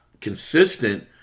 consistent